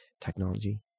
technology